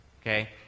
okay